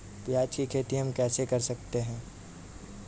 प्याज की खेती हम कैसे कर सकते हैं?